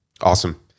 Awesome